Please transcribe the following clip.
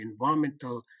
environmental